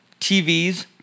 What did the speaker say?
TVs